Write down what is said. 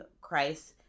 Christ